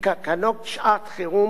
כי תקנות שעת-חירום אין בכוחן לשנות חוק-יסוד,